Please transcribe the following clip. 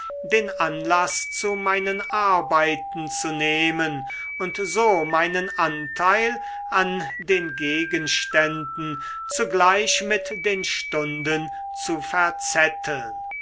den anlaß zu meinen arbeiten zu nehmen und so meinen anteil an den gegenständen zugleich mit den stunden zu verzetteln